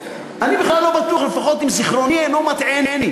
אני בכלל לא בטוח, לפחות אם זיכרוני אינו מטעני.